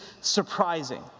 surprising